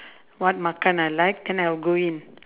what makan I like then I'll go in